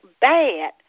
bad